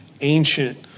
ancient